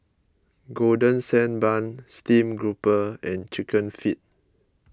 Golden Sand Bun Steamed Grouper and Chicken Feet